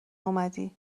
اومدی